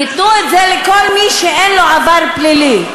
ייתנו את זה לכל מי שאין לו עבר פלילי.